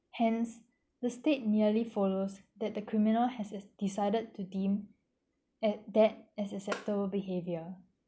hence the state nearly follows that the criminal has its decided to deem at that as a settle behaviour